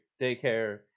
daycare